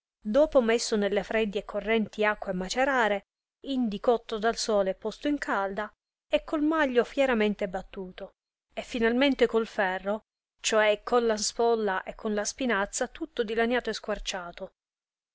dopò messo nelle fredde e correnti acque a macerare indi cotto dal sole e posto in calda è col maglio fieramente battuto e finalmente col ferro ciò è con la spolla e con la spinazza tutto dilaniato e squarciato